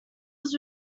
was